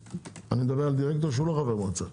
אני מדבר על דירקטור שאינו חבר מועצה.